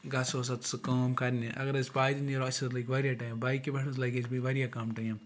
گژھٕ ہوس حظ ژٕ کٲم کَرنہِ اگر أسۍ پَیدٔلۍ نیرو اَسہِ حظ لٔگۍ واریاہ ٹایِم بایِکہِ پٮ۪ٹھ حظ لَگہِ اَسہِ بیٚیہِ واریاہ کَم ٹایِم